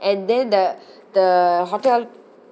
and then the the hotel